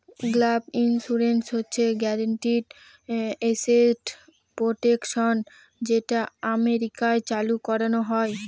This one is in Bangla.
গ্যাপ ইন্সুরেন্স হচ্ছে গ্যারান্টিড এসেট প্রটেকশন যেটা আমেরিকায় চালু করানো হয়